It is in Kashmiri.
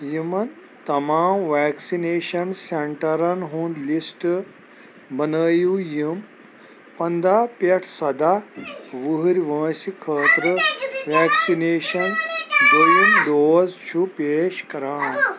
یِمن تمام ویکسِنیشن سینٹرن ہُنٛد لسٹ بنٲیِو یِم پنٛدہ پٮ۪ٹھ صدہ وُہُر وٲنٛسہِ خٲطرٕ ویٚکسیٖن دوٚیم ڈوز چھِ پیش کران